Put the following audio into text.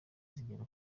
zigera